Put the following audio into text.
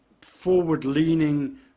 forward-leaning